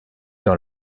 dans